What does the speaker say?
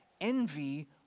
envy